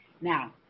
Now